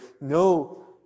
no